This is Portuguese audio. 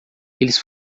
eles